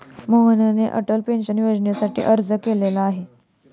मोहनने अटल पेन्शन योजनेसाठी अर्ज केलेला आहे